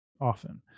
often